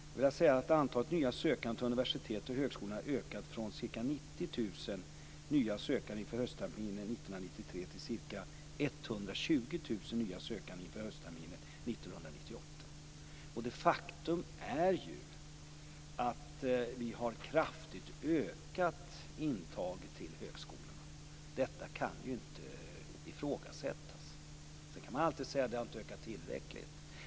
Jag vill säga att antalet nya sökande till universiteten och högskolorna har ökat från ca 90 000 nya sökande inför höstterminen 1993 till ca 120 000 nya sökande inför höstterminen 1998. Faktum är ju att vi kraftigt ökat intaget till högskolorna. Det kan inte ifrågasättas. Sedan kan man alltid säga att det inte har ökat tillräckligt.